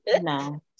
No